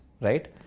right